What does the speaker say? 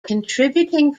contributing